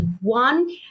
one